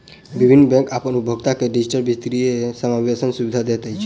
विभिन्न बैंक अपन उपभोगता के डिजिटल वित्तीय समावेशक सुविधा दैत अछि